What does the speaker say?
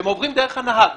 והם עוברים דרך הנהג.